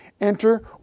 enter